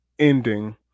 Ending